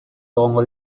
egongo